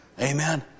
Amen